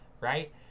Right